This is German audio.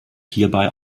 hierbei